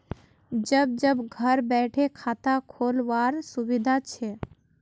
जब जब घर बैठे खाता खोल वार सुविधा छे